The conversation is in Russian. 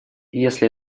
если